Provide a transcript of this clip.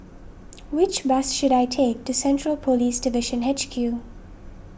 which bus should I take to Central Police Division H Q